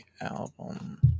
album